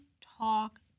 talk